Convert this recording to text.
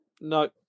No